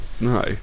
no